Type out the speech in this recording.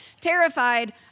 terrified